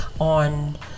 on